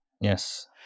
yes